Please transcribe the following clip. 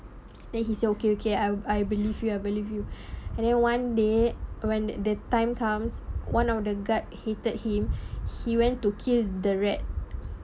then he say okay okay I I believe you I believe you and then one day when that the time comes one of the guard heated him he went to kill the rat